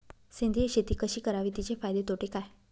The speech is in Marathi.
सेंद्रिय शेती कशी करावी? तिचे फायदे तोटे काय?